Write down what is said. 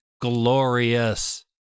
glorious